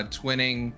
twinning